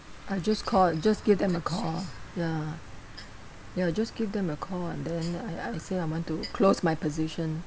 I just called just give them a call ya ya just give them a call and then I I say I want to close my position